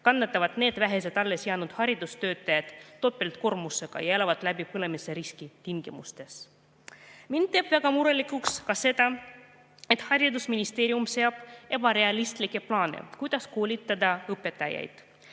kannavad vähesed allesjäänud haridustöötajad topeltkoormust ja elavad läbipõlemisriski tingimustes. Mind teeb väga murelikuks ka see, et haridusministeerium seab ebarealistlikke plaane, kuidas koolitada õpetajaid.